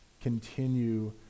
Continue